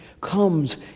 comes